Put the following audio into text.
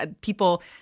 people